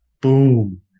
boom